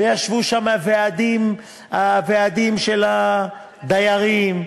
וישבו שם הוועדים של הדיירים,